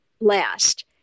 last